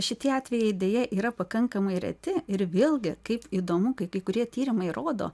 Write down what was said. šitie atvejai deja yra pakankamai reti ir vėlgi kaip įdomu kai kai kurie tyrimai rodo